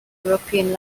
european